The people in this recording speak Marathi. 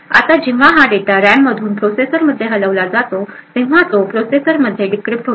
आता जेव्हा हा डेटा रॅममधून प्रोसेसरमध्ये हलविला जातो तेव्हा तो प्रोसेसरमध्ये डिक्रिप्ट होतो